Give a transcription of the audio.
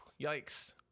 yikes